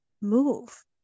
move